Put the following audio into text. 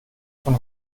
von